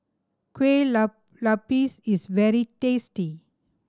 kuih lopes is very tasty